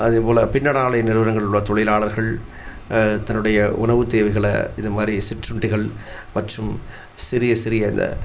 அதேபோல பின்னனாடை நிறுவனங்களிலுள்ள தொழிலாளர்கள் தன்னுடைய உணவுத் தேவைகளை இது மாதிரி சிற்றுண்டிகள் மற்றும் சிறிய சிறிய இந்த